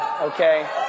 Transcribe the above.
okay